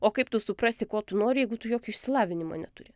o kaip tu suprasi ko tu nori jeigu tu jokio išsilavinimo neturi